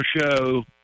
show